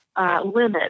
Limit